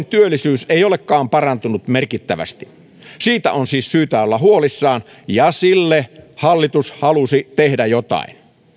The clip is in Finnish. työllisyys ei olekaan parantunut merkittävästi siitä on siis syytä olla huolissaan ja sille hallitus halusi tehdä jotain